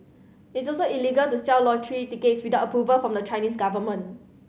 it's also illegal to sell lottery decades without approval from the Chinese government